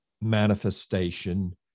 manifestation